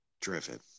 driven